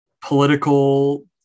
political